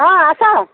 ହଁ ଆସ